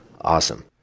awesome